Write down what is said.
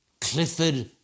Clifford